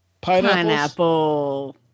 Pineapple